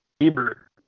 Ebert